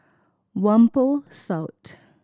Whampoa South